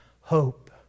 hope